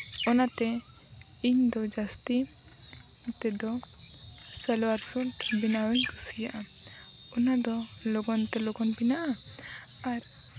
ᱚᱱᱟᱛᱮ ᱤᱧ ᱫᱚ ᱡᱟᱹᱥᱛᱤ ᱠᱟᱛᱮᱫ ᱫᱚ ᱥᱟᱞᱣᱟᱨ ᱥᱩᱴ ᱵᱮᱱᱟᱣᱤᱧ ᱠᱩᱥᱤᱭᱟᱜᱼᱟ ᱚᱱᱟ ᱫᱚ ᱞᱚᱜᱚᱱ ᱛᱮ ᱞᱚᱜᱚᱱ ᱵᱮᱱᱟᱜᱼᱟ ᱟᱨ